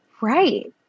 Right